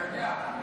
אתה יודע,